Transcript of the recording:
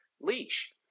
leash